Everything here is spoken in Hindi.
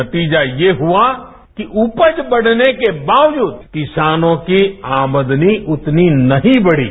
नतीजा ये हुआ कि उपज बढ़ने के बावजूद किसानों की आमदनी उतनी नहीं बढ़ी